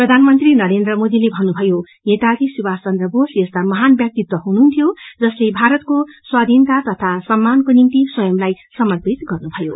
प्रधानमंत्री नरेन्द्र मोदीले भन्नुभयो नेताजी सुभाष चन्द्र बोस यस्ता महान व्याक्तित्व हुनुहुन्थ्यो जसले भारतको स्वाधीनता तथ सम्मानको निम्ति स्वंयलाई समर्पित गर्नुभएको थियो